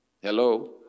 Hello